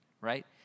right